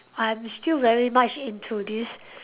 I'm still very much into this